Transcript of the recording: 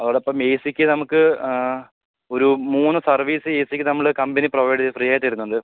അവടപ്പം ഏ സിക്ക് നമുക്ക് ആ ഒരു മൂന്ന് സർവീസ് ഏ സിക്ക് നമ്മള് കമ്പനി പ്രൊവൈഡ് ചെയ്ത് ഫ്രീ ആയിട്ട് തരുന്നുണ്ട്